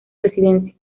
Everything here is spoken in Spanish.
residencia